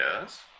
Yes